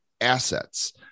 assets